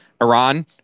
Iran